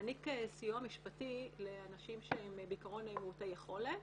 שמעניק סיוע משפטי לאנשים שהם בעקרון מעוטי יכולת,